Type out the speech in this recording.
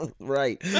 Right